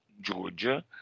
Georgia